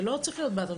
זה לא צריך להיות באטרף,